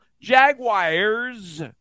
Jaguars